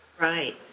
Right